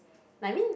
I mean